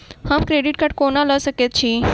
हम credit card कोना लऽ सकै छी?